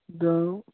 এতিয়া আৰু